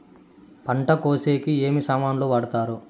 పంట కోసేకి ఏమి సామాన్లు వాడుతారు?